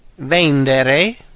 Vendere